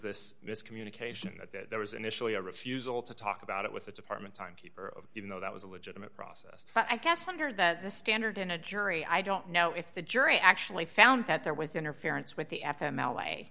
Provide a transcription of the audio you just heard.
this miscommunication that there was initially a refusal to talk about it with the department timekeeper or even though that was a legitimate process i guess under that the standard in a jury i don't know if the jury actually found that there was interference with the f m l